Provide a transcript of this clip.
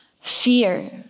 Fear